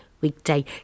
weekday